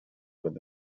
with